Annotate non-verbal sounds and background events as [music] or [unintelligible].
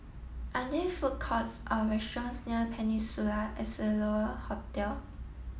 are there food courts or restaurants near Peninsula [unintelligible] Hotel